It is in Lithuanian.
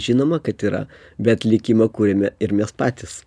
žinoma kad yra bet likimą kuriame ir mes patys